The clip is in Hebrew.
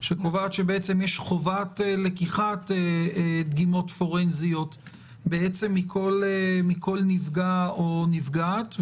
שקובעת שיש חובה של לקיחת דגימות פורנזיות מכל נפגע או נפגעת.